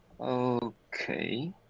Okay